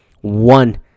one